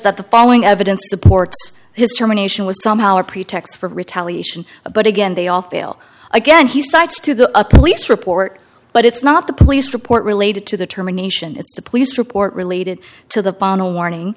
that the following evidence supports his germination was somehow a pretext for retaliation but again they all fail again he cites to the a police report but it's not the police report related to the termination it's a police report related to the panel warning